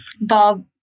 Bob